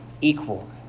equal